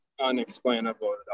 unexplainable